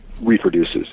reproduces